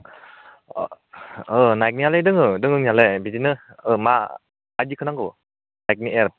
अ नाइकनिआलाय दङ दंनायालाय बिदिनो मा माबायदिखौ नांगो नाइकनि एइर